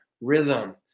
rhythm